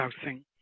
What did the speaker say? housing